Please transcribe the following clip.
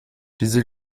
diese